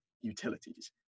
utilities